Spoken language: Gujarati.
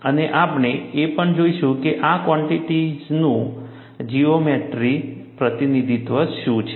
અને આપણે એ પણ જોઈશું કે આ ક્વૉન્ટીટીઝનું જીઓમેટ્રિક પ્રતિનિધિત્વ શું છે